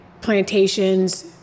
plantations